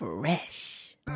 Fresh